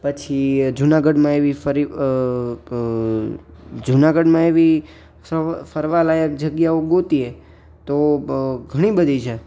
પછી જુનાગઢમાં એવી ફરી જુનાગઢમાં એવી ફરવાલાયક જગ્યાઓ ગોતીએ તો ઘણી બધી છે